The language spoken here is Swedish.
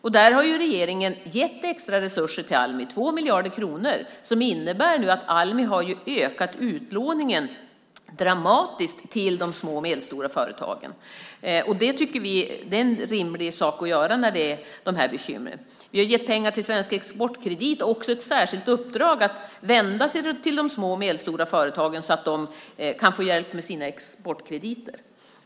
Därför har regeringen gett extra resurser till Almi, 2 miljarder kronor, som innebär att Almi nu har ökat utlåningen till de små och medelstora företagen dramatiskt. Det är en rimlig sak att göra, tycker vi, när vi har dessa bekymmer. Vi har gett pengar till Svensk Exportkredit och också ett särskilt uppdrag att vända sig till de små och medelstora företagen så att de kan få hjälp med sina exportkrediter.